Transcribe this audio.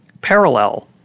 parallel